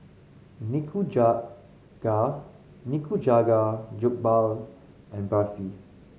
Nikujaga Nikujaga Jokbal and Barfi